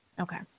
Okay